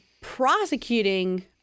prosecuting